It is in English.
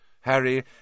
Harry